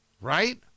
right